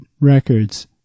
records